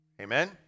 Amen